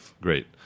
great